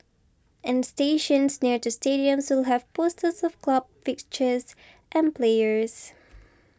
and stations near to stadiums will have posters of club fixtures and players